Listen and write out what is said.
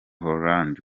hollande